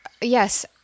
yes